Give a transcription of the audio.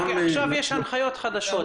עכשיו יש הנחיות חדשות,